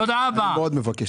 תודה רבה.